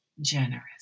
generous